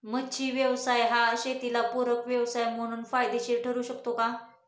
मच्छी व्यवसाय हा शेताला पूरक व्यवसाय म्हणून फायदेशीर ठरु शकतो का?